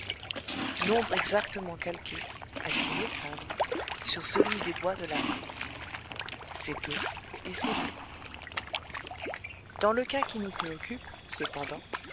nombre exactement calqué à s'y méprendre sur celui des doigts de la main c'est peu et c'est beaucoup dans le cas qui nous préoccupe cependant